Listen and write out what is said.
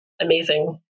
amazing